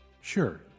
Sure